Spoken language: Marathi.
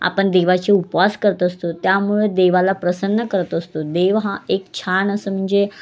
आपण देवाचे उपवास करत असतो त्यामुळे देवाला प्रसन्न करत असतो देव हा एक छान असं म्हणजे